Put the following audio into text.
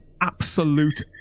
absolute